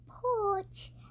porch